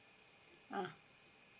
ah